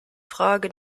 frage